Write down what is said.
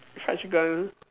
fried chicken